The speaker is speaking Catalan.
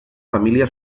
família